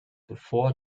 bevor